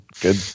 Good